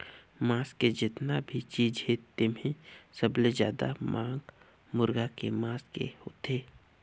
मांस के जेतना भी चीज हे तेम्हे सबले जादा मांग मुरगा के मांस के होथे